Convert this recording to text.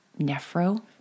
Nephro